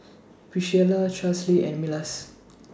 Pricilla Charlsie and Milas